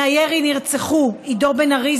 מהירי נרצחו עידו בן-ארי,